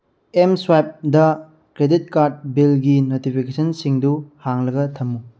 M ꯁ꯭ꯋꯦꯞꯗ credit card ꯕꯤꯜꯒꯤ ꯅꯣꯇꯤꯐꯤꯀꯦꯁꯟꯁꯤꯡꯗꯨ ꯍꯥꯡꯂꯒ ꯊꯝꯃꯨ